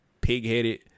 pig-headed